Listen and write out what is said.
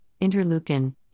interleukin